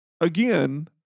again